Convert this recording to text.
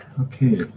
Okay